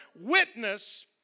witness